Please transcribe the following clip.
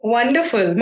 Wonderful